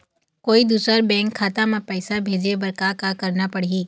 कोई दूसर बैंक खाता म पैसा भेजे बर का का करना पड़ही?